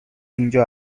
اینجا